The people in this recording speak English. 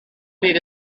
meat